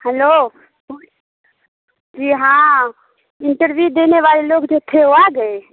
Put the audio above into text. hello جی ہاں interview دینے والے لوگ جو تھے وہ آ گئے